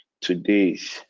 today's